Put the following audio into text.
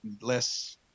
less